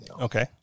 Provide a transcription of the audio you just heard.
Okay